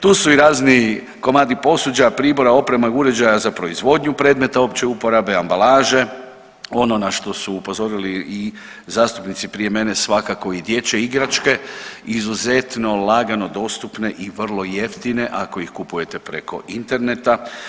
Tu su i razni komadi posuđa, pribora, opreme, uređaja za proizvodnju predmeta opće uporabe, ambalaže ono na što su upozorili i zastupnici prije mene, svakako i dječje igračke izuzetno lagano dostupne i vrlo jeftine ako ih kupujete preko interneta.